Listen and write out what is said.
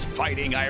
fighting